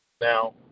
Now